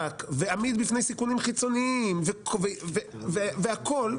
ועמיד בפני סיכונים חיצוניים והכול זה